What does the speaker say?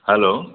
hello